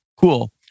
cool